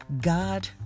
God